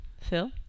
Phil